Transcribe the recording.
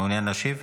מעוניין להשיב?